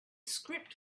script